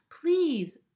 please